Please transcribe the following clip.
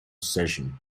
session